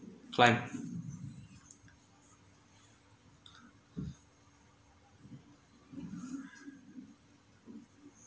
climb